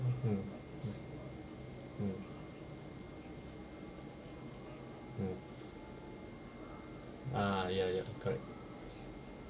mm mm mm ah ya ya correct